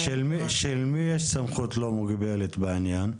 אז למי יש סמכות לא מוגבלת בעניין?